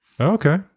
okay